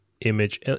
image